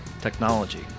technology